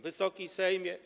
Wysoki Sejmie!